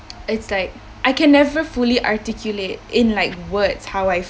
it's like I can never fully articulate in like words how I